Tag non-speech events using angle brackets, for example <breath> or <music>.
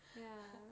<breath>